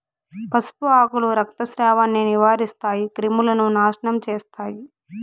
పసుపు ఆకులు రక్తస్రావాన్ని నివారిస్తాయి, క్రిములను నాశనం చేస్తాయి